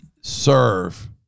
serve